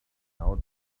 out